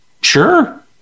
Sure